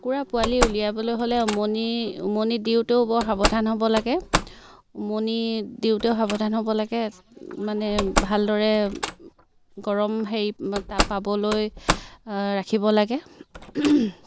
কুকুৰা পোৱালি উলিয়াবলৈ হ'লে উমনি উমনি দিওঁতেও বৰ সাৱধান হ'ব লাগে উমনি দিওঁতেও সাৱধান হ'ব লাগে মানে ভালদৰে গৰম হেৰি তাপ পাবলৈ ৰাখিব লাগে